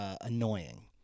annoying